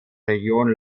region